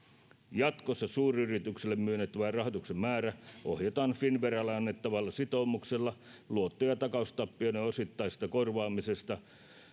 jatkossa suuryrityksille myönnettävän rahoituksen määrää ohjataan finnveralle annettavalla sitoumuksella luotto ja takaustappioiden osittaisesta korvaamisesta